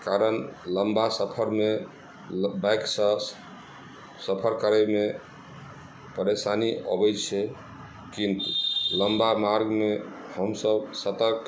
कारण लम्बा सफरमे बाइक सऽ सफर करैमे परेशानी अबै छै किन्तु लम्बा मार्गमे हमसब सतर्क